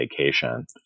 vacation